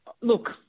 Look